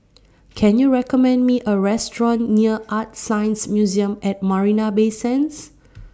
Can YOU recommend Me A Restaurant near ArtScience Museum At Marina Bay Sands